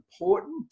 important